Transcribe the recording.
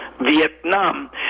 Vietnam